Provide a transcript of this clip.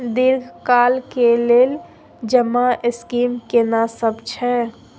दीर्घ काल के लेल जमा स्कीम केना सब छै?